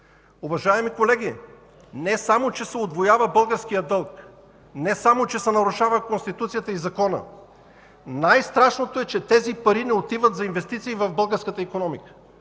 Уважаеми колеги, не само че се удвоява българският дълг, не само че се нарушават Конституцията и законът, най-страшното е, че тези пари не отиват за инвестиции в българската икономика!